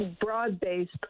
broad-based